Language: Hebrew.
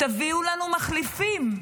תביאו לנו מחליפים,